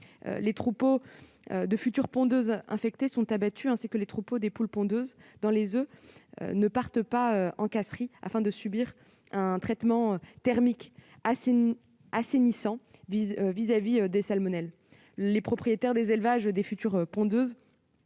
Les troupeaux infectés de futures pondeuses sont abattus, ainsi que les troupeaux de poules pondeuses dont les oeufs ne partent pas en casserie, afin d'y subir un traitement thermique assainissant vis-à-vis des salmonelles. Les propriétaires des élevages de futures pondeuses